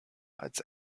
als